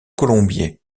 colombier